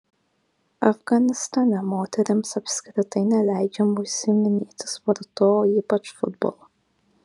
afganistane moterims apskritai neleidžiama užsiiminėti sportu o ypač futbolu